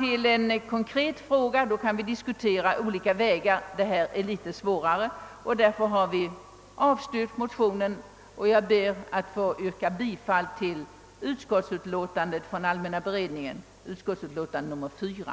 Gäller det en konkret fråga, kan vi diskutera olika vägar att nå en lösning. Här är det litet svårare, och av den anledningen har utskottet avstyrkt motionen. Jag ber att få yrka bifall till allmänna beredningsutskottets hemställan i dess utlåtande nr 4.